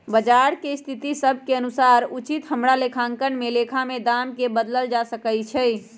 बजार के स्थिति सभ के अनुसार उचित हमरा लेखांकन में लेखा में दाम् के बदलल जा सकइ छै